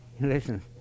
listen